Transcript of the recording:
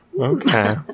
Okay